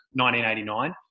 1989